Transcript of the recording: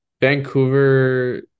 Vancouver